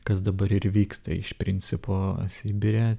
kas dabar ir vyksta iš principo sibire